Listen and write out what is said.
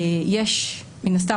מן הסתם,